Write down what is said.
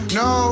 no